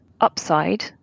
upside